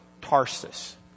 Tarsus